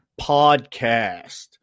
Podcast